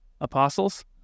apostles